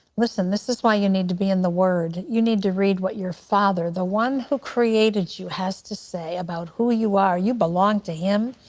this is why you need to be in the word. you need to read what your father, the one who created you, has to say about who you are. you belong to him.